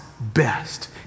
best